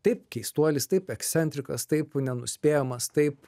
taip keistuolis taip ekscentrikas taip nenuspėjamas taip